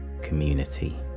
community